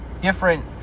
different